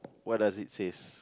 what does it says